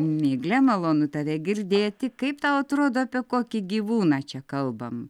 migle malonu tave girdėti kaip tau atrodo apie kokį gyvūną čia kalbam